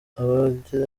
abagira